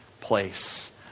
place